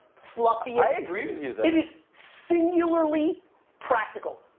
fluffiest i agree with you though. it is singularly practical.